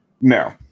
No